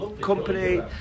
company